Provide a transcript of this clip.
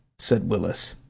said willis.